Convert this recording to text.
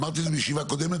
אמרתי את זה בישיבה הקודמת,